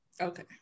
Okay